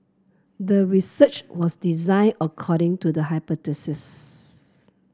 the research was design according to the hypothesis